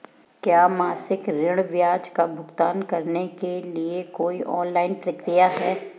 क्या मासिक ऋण ब्याज का भुगतान करने के लिए कोई ऑनलाइन प्रक्रिया है?